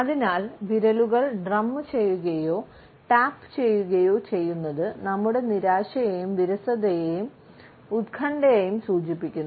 അതിനാൽ വിരലുകൾ ഡ്രമ്മുചെയ്യുകയോ ടാപ്പുചെയ്യുകയോ ചെയ്യുന്നത് നമ്മുടെ നിരാശയെയും വിരസതയെയും ഉത്കണ്ഠയെയും സൂചിപ്പിക്കുന്നു